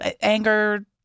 anger